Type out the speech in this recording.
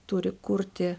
turi kurti